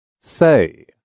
Say